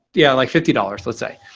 yeah, like fifty dollars, let's say.